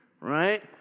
right